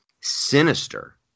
sinister